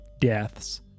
Deaths